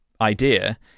idea